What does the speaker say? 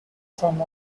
farm